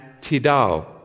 Tidal